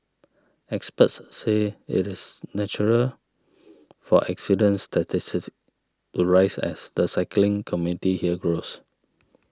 experts say it is natural for accidents statistics to rise as the cycling community here grows